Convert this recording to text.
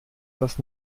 das